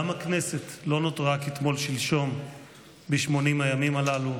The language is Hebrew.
גם הכנסת לא נותרה כתמול שלשום ב-80 הימים הללו,